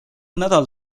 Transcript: nädal